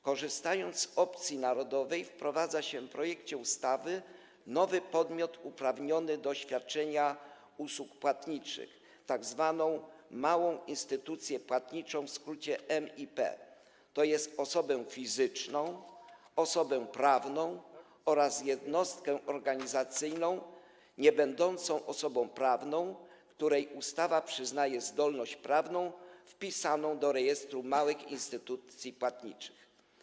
Korzystając z opcji narodowej, wprowadza się w projekcie ustawy nowy podmiot uprawniony do świadczenia usług płatniczych, tzw. małą instytucję płatniczą, w skrócie MIP, tj. osobę fizyczną, osobę prawną oraz jednostkę organizacyjną niebędącą osobą prawną, której ustawa przyznaje zdolność prawną, wpisaną do rejestru małych instytucji płatniczych.